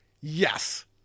Yes